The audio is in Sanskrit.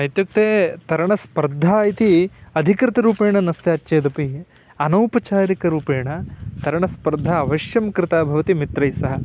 इत्युक्ते तरणस्पर्धा इति अधिकृतरुपेण न स्यात् चेदपि अनौपचारिकरूपेण तरणस्पर्धा अवश्यं कृता भवति मित्रैस्सह